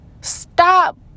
stop